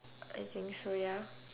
I think so ya